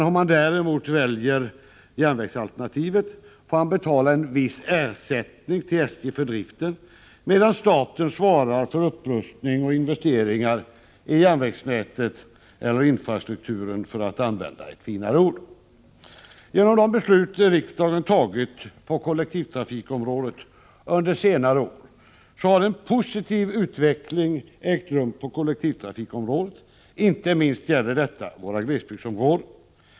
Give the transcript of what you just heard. Om han däremot väljer järnvägsalternativet får han betala en viss ersättning till SJ för driften, medan staten svarar för upprustning och investeringar i järnvägsnätet eller infrastrukturen för att använda ett finare ord. Genom de beslut som riksdagen fattat på kollektivtrafikområdet under senare år har en positiv utveckling ägt rum. Inte minst gäller detta i våra glesbygdsområden.